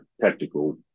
technical